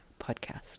Podcast